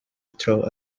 throw